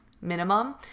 minimum